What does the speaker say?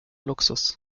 luxus